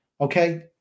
okay